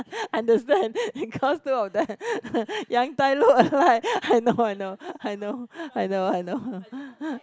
understand because two of them young time look alike I know I know I know I know I know